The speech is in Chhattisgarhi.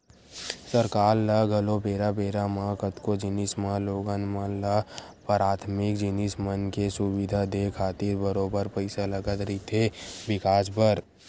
सरकार ल घलो बेरा बेरा म कतको जिनिस म लोगन मन ल पराथमिक जिनिस मन के सुबिधा देय खातिर बरोबर पइसा लगत रहिथे बिकास बर